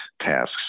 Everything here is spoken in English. tasks